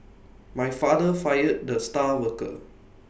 my father fired the star worker